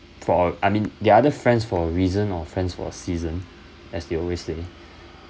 for I mean there are the friends for a reason or friends for a season as they always say